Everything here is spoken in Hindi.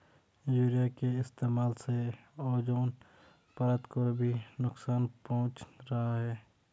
यूरिया के इस्तेमाल से ओजोन परत को भी नुकसान पहुंच रहा है